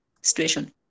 situation